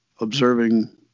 observing